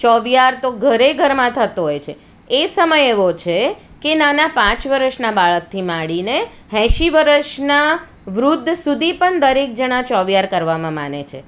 ચોિહાર તો ઘરે ઘરમાં થતો હોય છે એ સમય એવો છે કે નાના પાંચ વરસનાં બાળકથી માંડીને એંસી વરસના વૃદ્ધ સુધી પણ દરેક જણા ચોવિહાર કરવામાં માને છે